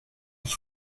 ich